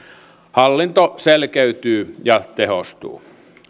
hallinto selkeytyy ja tehostuu